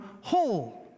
whole